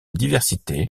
diversité